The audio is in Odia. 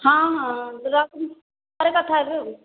ହଁ ହଁ ରଖେ ମୁଁ ପରେ କଥା ହେବି ଆଉ